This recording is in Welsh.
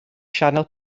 sianel